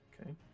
Okay